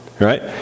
Right